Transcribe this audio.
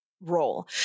role